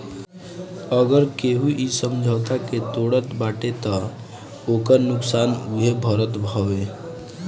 अगर केहू इ समझौता के तोड़त बाटे तअ ओकर नुकसान उहे भरत हवे